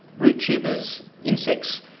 root tubers, insects.